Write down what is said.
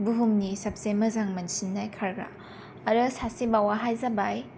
बुहुमनि सोबसे मोजां मोनसिननाय खारग्रा आरो सासेबावाहाय जाबाय